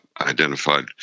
identified